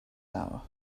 hour